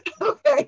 Okay